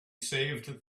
saved